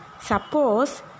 Suppose